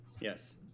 Yes